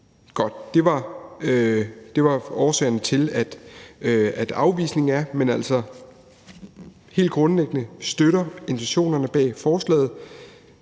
Det er årsagerne til afvisningen, men helt grundlæggende støtter vi intentionerne bag forslaget.